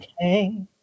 Okay